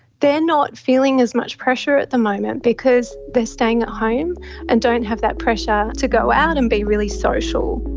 they are not feeling as much pressure at the moment because they are staying at home and don't have that pressure to go out and be really social.